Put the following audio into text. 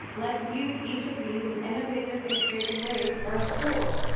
let's use each of these in innovative and creative ways for our schools.